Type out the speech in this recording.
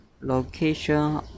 location